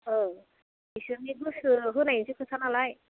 ओं इसोरनि गोसो होनायजोंसो खोथा नालाय